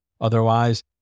Otherwise